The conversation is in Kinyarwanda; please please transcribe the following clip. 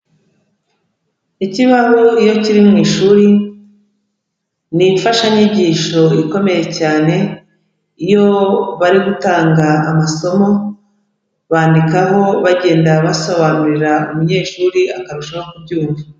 Ikibaho iyo kiri mu ishuri ni imfashanyigisho ikomeye cyane, iyo bari gutanga amasomo bandikaho bagenda basobanurira umunyeshuri akarushaho kubyumva.